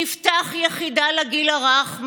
תפתח יחידה לגיל הרך,